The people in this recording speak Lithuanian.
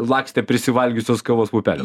lakstė prisivalgiusios kavos pupelių